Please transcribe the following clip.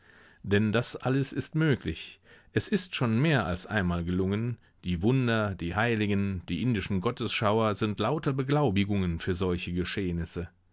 denn das alles ist möglich es ist schon mehr als einmal gelungen die wunder die heiligen die indischen gottesschauer sind lauter beglaubigungen für solche geschehnisse